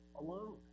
alone